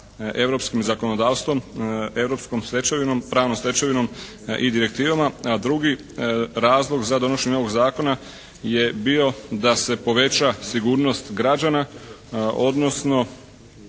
europskim zakonodavstvom, europskom stečevinom, pravnom stečevinom i direktivama. A drugi razlog za donošenje ovog zakona je bio da se poveća sigurnost građana, odnosno